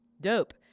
Dope